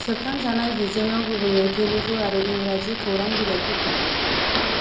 सेबखांजानाय बिजोङाव गुबैयै तेलुगु आरो इंराजि खौरां बिलाइफोर दं